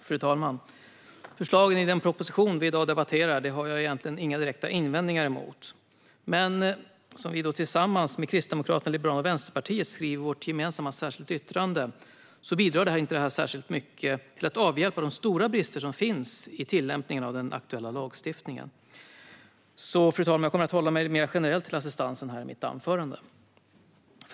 Fru talman! Förslagen i den proposition vi i dag debatterar har jag inga direkta invändningar emot. Men som vi tillsammans med Kristdemokraterna, Liberalerna och Vänsterpartiet skriver i vårt gemensamma särskilda yttrande bidrar propositionen inte särskilt mycket till att avhjälpa de stora brister som finns i tillämpningen av den aktuella lagstiftningen. Jag kommer alltså att hålla mig mer generellt till frågan om assistans i mitt anförande.